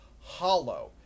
hollow